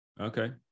Okay